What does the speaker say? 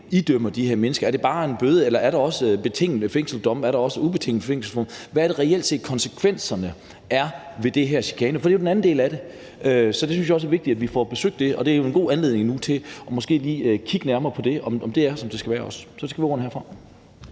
idømmer de her mennesker? Er det bare en bøde, eller der også betingede fængselsdomme? Er der også ubetingede fængselsdomme? Hvad er det reelt set konsekvenserne er ved det her med chikane? For det er jo den anden del af det. Så det synes jeg også er vigtigt at vi får besøgt, og det er jo måske nu en god anledning til lige at kigge nærmere på det, altså om det også er, som det skal være. Så det skal være ordene herfra.